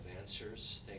answers